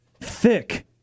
Thick